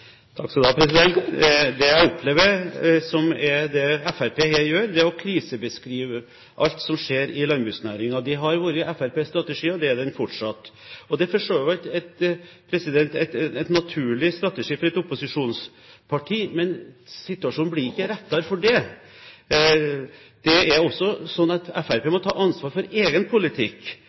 Det jeg opplever at Fremskrittspartiet her gjør, er å krisebeskrive alt som skjer i landbruksnæringen. Det har vært Fremskrittspartiets strategi, og er det fortsatt. Det er for så vidt en naturlig strategi for et opposisjonsparti, men situasjonen blir ikke riktigere for det. Det er også sånn at Fremskrittspartiet må ta ansvar for egen politikk.